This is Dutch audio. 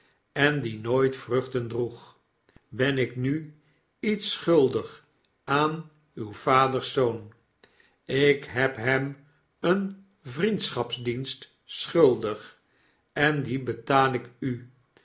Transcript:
en die nooit vruchten droeg ben ik nu iets schuldig aan uw vaders zoon ik ben hem een vriendschapsdienst schuldig en dien betaal ik u